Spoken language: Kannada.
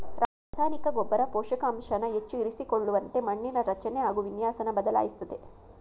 ರಸಾಯನಿಕ ಗೊಬ್ಬರ ಪೋಷಕಾಂಶನ ಹೆಚ್ಚು ಇರಿಸಿಕೊಳ್ಳುವಂತೆ ಮಣ್ಣಿನ ರಚನೆ ಹಾಗು ವಿನ್ಯಾಸನ ಬದಲಾಯಿಸ್ತದೆ